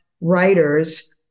writers